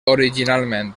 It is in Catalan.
originalment